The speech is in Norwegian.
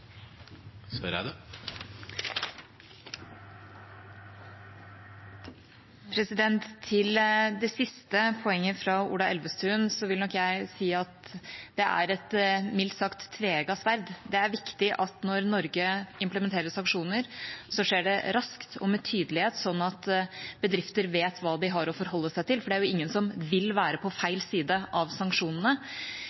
Til det siste poenget fra Ola Elvestuen vil nok jeg si at det er et mildt sagt tveegget sverd. Det er viktig at når Norge implementerer sanksjoner, skjer det raskt og med tydelighet, slik at bedrifter vet hva de har å forholde seg til. Det er ingen som vil være på